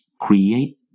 create